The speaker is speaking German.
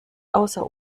außer